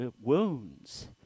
wounds